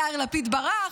יאיר לפיד ברח,